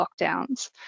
lockdowns